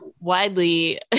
widely